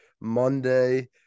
Monday